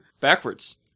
Backwards